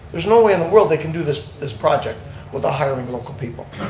there's no way in the world they can do this this project without hiring local people.